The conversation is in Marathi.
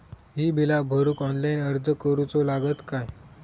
ही बीला भरूक ऑनलाइन अर्ज करूचो लागत काय?